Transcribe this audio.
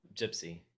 Gypsy